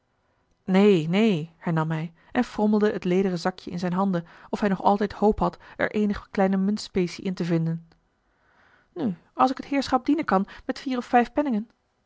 neen neen hernam hij en frommelde het lederen zakje in zijne handen of hij nog altijd hoop had er eenig kleine muntspecie in te vinden nu als ik het heerschap dienen kan met vier of vijf penningen